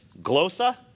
glosa